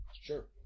Sure